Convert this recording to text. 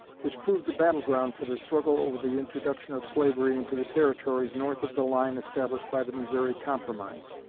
which proved the battle-ground for the struggle over the introduction of slavery into the territories north of the line established by the missouri compromise.